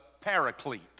paraclete